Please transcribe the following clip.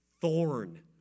thorn